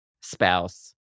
spouse